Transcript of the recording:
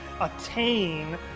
attain